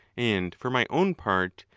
and for my own part,